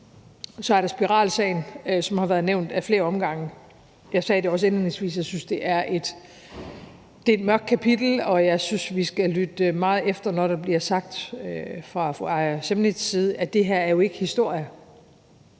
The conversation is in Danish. Så er der spiralsagen, som har været nævnt af flere omgange. Jeg sagde også indledningsvis, at jeg synes, det er et mørkt kapitel, og jeg synes, vi skal lytte meget efter, når der bliver sagt fra fru Aaja Chemnitz' side, at det her jo ikke er historie